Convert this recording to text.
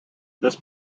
this